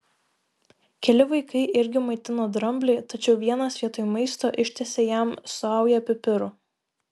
keli vaikai irgi maitino dramblį tačiau vienas vietoj maisto ištiesė jam saują pipirų